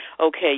okay